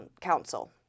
Council